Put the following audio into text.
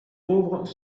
pauvres